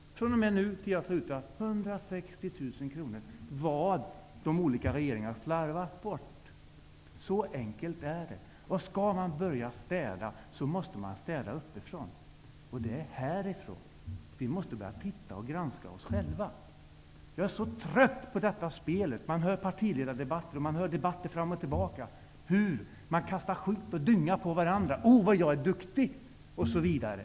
fr.o.m. nu och tills jag slutar tala -- 160 000 kr. Detta har de olika regeringarna slarvat bort. Så enkelt är det. Skall man börja städa, så måste man städa uppifrån. Och det är härifrån. Vi måste börja titta på och granska oss själva. Jag är trött på detta spelet. Vi hör i partiledardebatter och debatter hit och dit hur man kastar skit och dynga på varandra. Det går bl.a. ut på att var och en är så duktig.